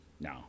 No